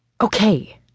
Okay